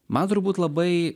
man turbūt labai